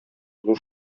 зур